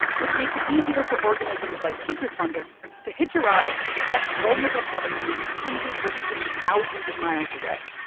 which makes it easier for organisms like chytrid fungus to hitch a ride and infect vulnerable habitats hundreds or even thousands of miles away.